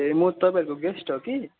ए म तपाईँहरूको गेस्ट हो कि